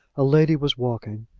a lady was walking,